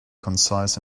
concise